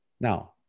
Now